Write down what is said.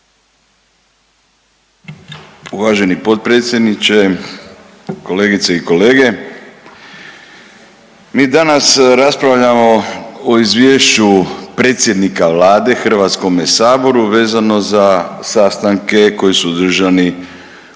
Uvaženi potpredsjedniče, kolegice i kolege. Mi danas raspravljamo o Izvješću predsjednika Vlade HS-u vezano za sastanke koji su održani